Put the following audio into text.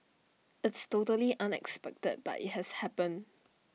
it's totally unexpected but IT has happened